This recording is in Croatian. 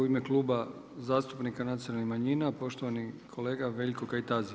U ime Kluba zastupnika Nacionalnih manjina poštovani kolega Veljko Kajtazi.